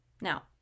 Now